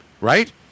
right